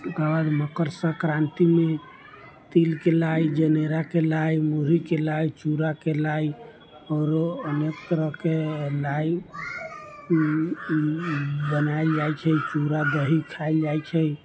ओकरा बाद मकर सक्रान्ति मे तिलके लाइ जनेराके लाइ मुरहीके लाइ चूड़ाके लाइ आओरो अनेक तरहके लाइ बनायल जाइ छै चूड़ा दही खायल जाइ छै